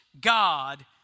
God